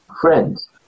Friends